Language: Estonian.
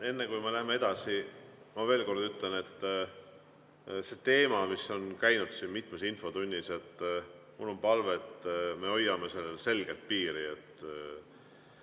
Enne kui me läheme edasi – ma veel kord ütlen, et see teema, mis on käinud siin mitmes infotunnis, mul on palve, et me hoiame sellel selget piiri. Palun,